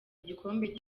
igikombe